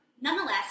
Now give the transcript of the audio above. nonetheless